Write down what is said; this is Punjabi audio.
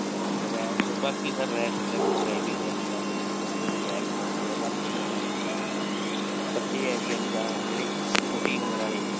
ਰੈਸ਼ ਬਾਕੀ ਸਰ ਡਰਾਈਵਿੰਗ ਹੈ ਜੀ ਅੱਜ ਕੱਲ੍ਹ ਪੂਰੀ ਰੈਸ਼ ਕਰਦੇ ਆ ਬਾਕੀ ਬੱਚੇ ਹੈ ਜੀ ਅਣਜਾਣ ਜਿਹੜੇ ਛੋਟੀ ਉਮਰ ਵਾਲੇ